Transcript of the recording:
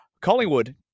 Collingwood